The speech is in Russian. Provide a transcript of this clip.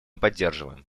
поддерживаем